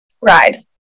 Ride